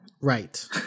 Right